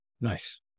Nice